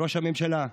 ראש הממשלה,